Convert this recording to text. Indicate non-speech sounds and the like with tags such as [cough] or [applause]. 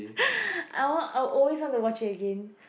[breath] I want I always want to watch it again